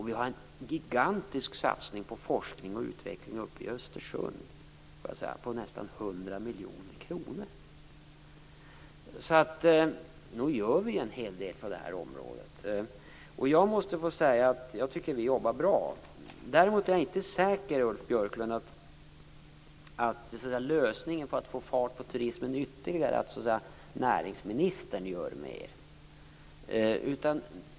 Vi har en gigantisk satsning på forskning och utveckling uppe i Östersund på nästan 100 miljoner kronor. Nog gör vi en hel del på det här området. Jag tycker att vi jobbar bra. Däremot är jag inte säker på, Ulf Björklund, att lösningen för att ytterligare få fart på turismen är att näringsministern gör mer.